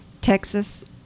texas